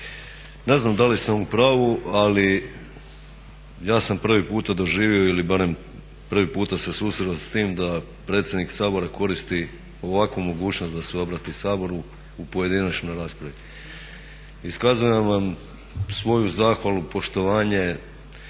Ne znam da li sam u pravu ali ja sam prvi puta doživio ili barem prvi puta se susreo s tim da predsjednik Sabora koristi ovakvu mogućnost da se obrati Saboru u pojedinačnoj raspravi. Iskazujem vam svoju zahvalu, poštovanje,